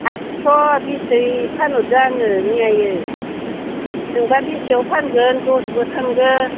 आतस' बिसयै फानहरदो आङो मैयायो नोंबा बेसेयाव फानगोन दस बो थांगोन